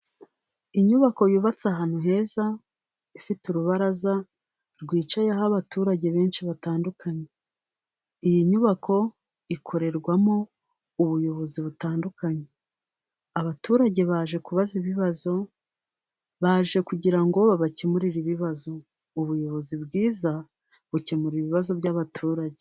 Inyubako yubatse ahantu heza ifite urubaraza, rwicayeho abaturage benshi batandukanye, iyi nyubako ikorerwamo ubuyobozi butandukanye, abaturage baje kubaza ibibazo baje kugira ngo babakemurire ibibazo, ubuyobozi bwiza bukemura ibibazo by'abaturage.